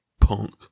Punk